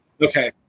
Okay